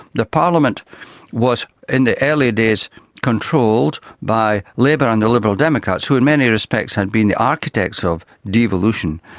the parliament was in the early days controlled by labour and the liberal democrats who in many respects had been the architects of devolution,